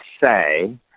say